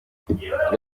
uwari